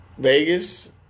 Vegas